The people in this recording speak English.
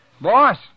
Boss